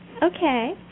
Okay